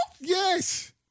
Yes